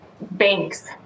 Banks